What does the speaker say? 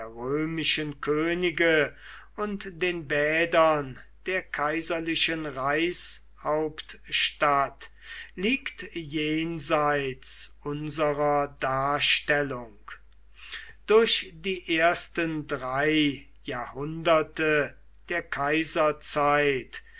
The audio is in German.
könige und den bädern der kaiserlichen reichshauptstadt liegt jenseits unserer darstellung durch die ersten drei jahrhunderte der kaiserzeit